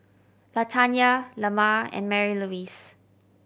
Latanya Lamar and Marylouise